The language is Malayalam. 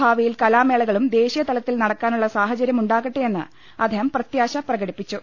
ഭാവി യിൽ കലാമേളകളും ദേശീയതലത്തിൽ നടക്കാനുള്ള സാഹചര്യം ഉണ്ടാ കട്ടെയെന്ന് അദ്ദേഹം പ്രത്യാശ പ്രകടിപ്പിച്ചു